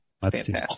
fantastic